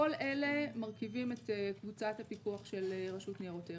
כל אלה מרכיבים את קבוצת הפיקוח של רשות ניירות ערך.